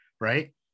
right